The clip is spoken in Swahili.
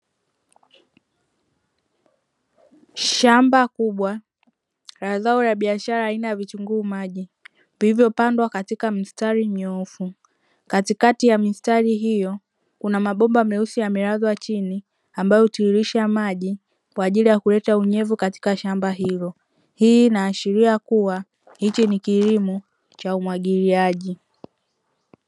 Shamba kubwa la zao la biashara aina ya vitunguu maji vilivyopandwa katika mstari mnyoofu, katikati ya mistari hiyo kuna mabomba meusi yamelazwa chini ambayo hutiririsha maji kwa ajili ya kuleta unyevu katika shamba hilo. Hii inaashiria kuwa hiki ni kilimo cha umwagiliaji.